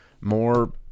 more